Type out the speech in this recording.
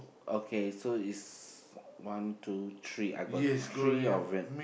okay so it's one two three I got three of it